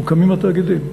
מוקמים התאגידים,